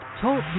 TALK